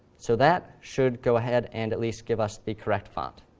so that should go ahead and at least give us the correct font.